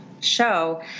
show